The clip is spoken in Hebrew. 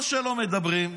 או שלא מדברים,